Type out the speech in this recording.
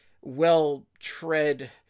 well-tread